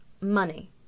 money